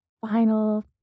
final